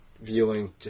viewing